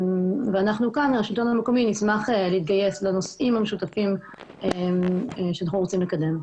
אנחנו מהשלטון המקומי נשמח להתגייס לנושאים המשותפים שאנחנו רוצים לקדם.